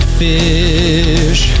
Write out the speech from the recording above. fish